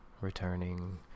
returning